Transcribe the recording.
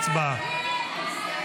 הצבעה.